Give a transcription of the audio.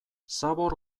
zabor